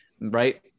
right